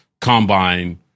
combine